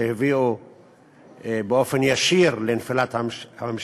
שהביאו באופן ישיר לנפילת הממשלה,